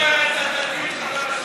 כדי לשפר את התדמית של הרשימה,